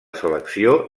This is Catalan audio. selecció